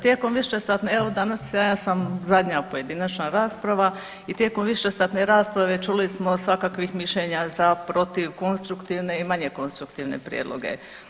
Tijekom višesatne evo danas sam zadnja pojedinačna rasprava i tijekom višesatne rasprave čuli smo svakakvih mišljenja za, protiv, konstruktivne i manje konstruktivne prijedloge.